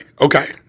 Okay